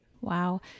Wow